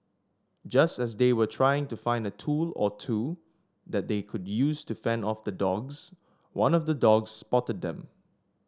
just as they were trying to find a tool or two that they could use to fend off the dogs one of the dogs spotted them